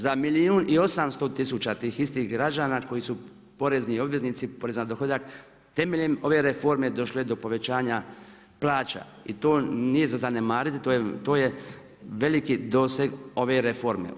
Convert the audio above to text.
Za milijun i 800 tisuća tih istih građana koji su porezni obveznici poreza na dohodak, temeljem ove reforme, došlo je do povećanja plaća i nije za zanemarit, to je veliki doseg ove reforme.